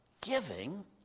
giving